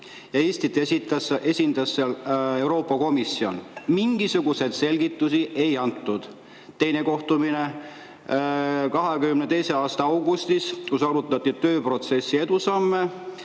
ja Eestit esindas seal Euroopa Komisjon. Mingisuguseid selgitusi ei antud. Teine kohtumine oli 2022. aasta augustis, kus arutati tööprotsessi edusamme